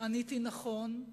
עניתי: נכון,